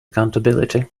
accountability